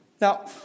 Now